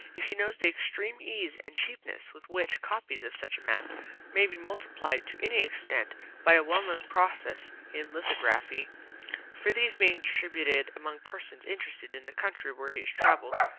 if he knows the extreme ease and cheapness with which copies of such a map may be multiplied to any extent by a well-known process in lithography for these being distributed among persons interested in the country where he has travelled,